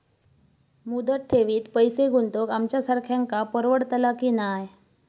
मुदत ठेवीत पैसे गुंतवक आमच्यासारख्यांका परवडतला की नाय?